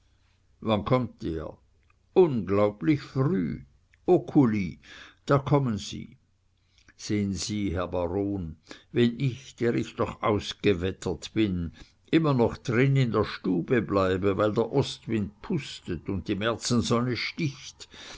wann kommt er unglaublich früh oculi da kommen sie sehen sie herr baron wenn ich der ich doch ausgewettert bin immer noch drin in der stube bleibe weil der ostwind pustet und die märzensonne sticht